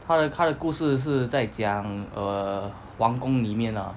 他的他的故事是在讲 err 皇宫里面 lah